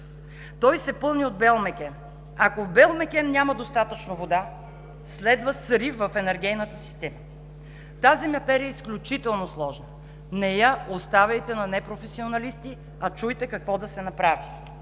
той се пълни от „Белмекен“. Ако в „Белмекен“ няма достатъчно вода, следва срив в енергийната система. Тази материя е изключително сложна – не я оставяйте на непрофесионалисти, а чуйте какво да се направи.